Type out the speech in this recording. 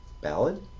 ballad